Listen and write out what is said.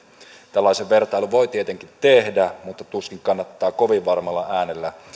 tällaisen vertailun voi tietenkin tehdä mutta tuskin kannattaa kovin varmalla äänellä